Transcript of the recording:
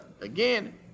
again